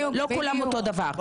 לא כולם אותו דבר.